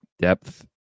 depth